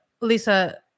Lisa